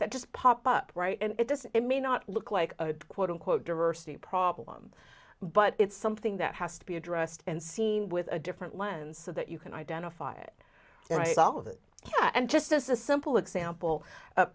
that just pop up right and it does it may not look like a quote unquote diversity problem but it's something that has to be addressed and seen with a different lens so that you can identify it solve it and just as a simple example